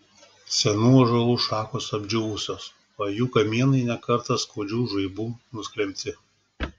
senų ąžuolų šakos apdžiūvusios o jų kamienai ne kartą skaudžių žaibų nusklembti